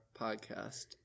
podcast